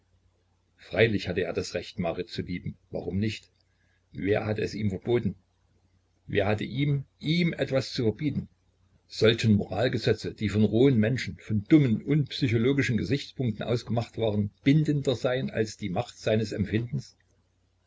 freilich hatte er das recht marit zu lieben warum nicht wer hatte es ihm verboten wer hatte ihm ihm etwas zu verbieten sollten moralgesetze die von rohen menschen von dummen unpsychologischen gesichtspunkten aus gemacht waren bindender sein als die macht seines empfindens